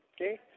okay